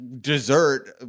dessert